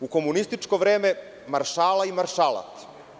U komunističko vreme – Maršala i maršalat.